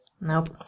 Nope